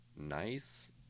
nice